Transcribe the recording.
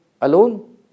alone